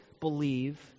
believe